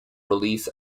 released